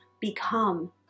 become